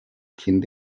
kind